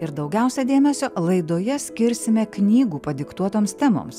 ir daugiausia dėmesio laidoje skirsime knygų padiktuotoms temoms